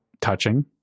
touching